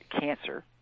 cancer